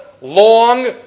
long